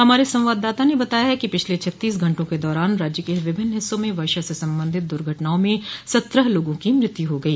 हमारे संवाददाता ने बताया है कि पिछले छत्तीस घंटों के दौरान राज्य के विभिन्न हिस्सों में वर्षा से संबंधित दुर्घटनाओं में सत्रह लोगों की मृत्यु हो गई